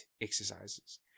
exercises